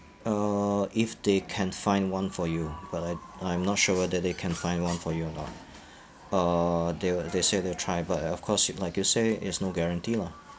uh if they can find one for you but I I'm not sure whether they can find one for you or not uh they'll they say they'll try but of course you like you say is no guarantee lah